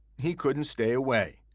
he couldn't stay away.